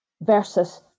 versus